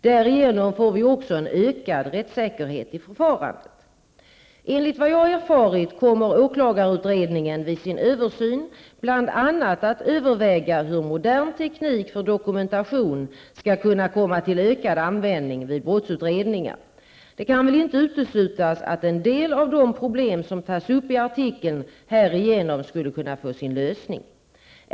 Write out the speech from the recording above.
Därigenom får vi också en ökad rättssäkerhet i förfarandet. Enligt vad jag erfarit kommer åklagarutredningen vid sin översyn bl.a. att överväga hur modern teknik för dokumentation skall kunna komma till ökad användning vid brottsutredningar. Det kan väl inte uteslutas att en del av de problem som tas upp i artikeln härigenom skulle kunna få sin lösning.